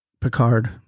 Picard